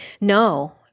No